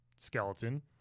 Skeleton